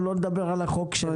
לא נדבר על החוק שלך.